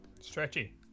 Stretchy